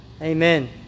Amen